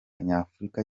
nyafurika